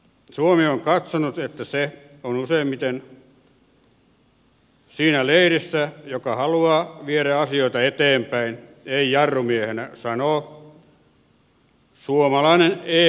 suomi on katsonut että se on useimmiten siinä leirissä joka haluaa viedä asioita eteenpäin ei jarrumiehenä sanoo suomalainen eu virkamies